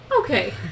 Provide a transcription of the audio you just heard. Okay